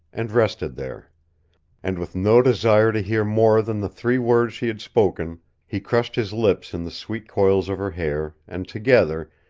and rested there and with no desire to hear more than the three words she had spoken he crushed his lips in the sweet coils of her hair, and together,